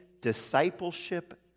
discipleship